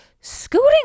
scooting